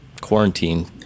quarantine